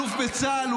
אלוף בצה"ל,